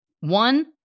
One